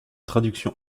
traduction